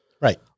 Right